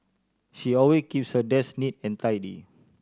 she alway keeps her desk neat and tidy